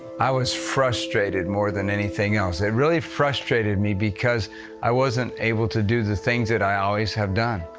i was frustrated more than anything else. it really frustrated me because i wasn't able to do the things that i always have done.